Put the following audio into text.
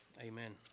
Amen